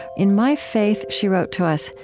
in my faith, she wrote to us,